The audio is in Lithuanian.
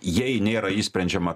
jei nėra išsprendžiama